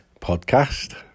podcast